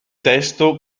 testo